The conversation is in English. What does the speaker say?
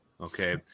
Okay